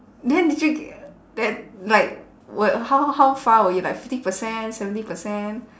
then did you ge~ then like what how how far were you like fifty percent seventy percent